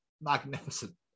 Magnificent